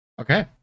okay